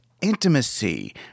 intimacy